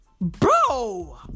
Bro